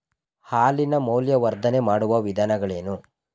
ಹಾಲಿನ ಮೌಲ್ಯವರ್ಧನೆ ಮಾಡುವ ವಿಧಾನಗಳೇನು?